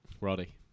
Roddy